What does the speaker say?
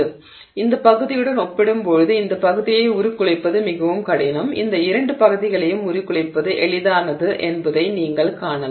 எனவே இந்த பகுதியுடன் ஒப்பிடும்போது இந்த பகுதியை உருக்குலைப்பது மிகவும் கடினம் இந்த இரண்டு பகுதிகளையும் உருக்குலைப்பது எளிதானது என்பதை நீங்கள் காணலாம்